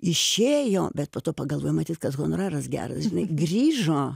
išėjo bet po to pagalvojo matyt tas honoraras geras žinai grįžo